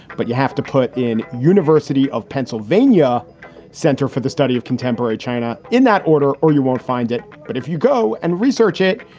but you have to put in university of pennsylvania center for the study of contemporary china in that order, or you won't find it. but if you go and research it,